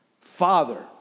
Father